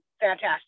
fantastic